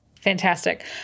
Fantastic